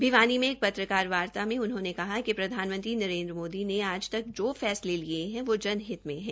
भिवपनी में एक पत्रकार वार्ता में उन्होंने कहा कि प्रधानमंत्री नरेन्द्र मोदी ने आज तक जो फैसले लिये हे वो जनहित में है